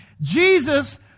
Jesus